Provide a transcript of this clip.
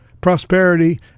prosperity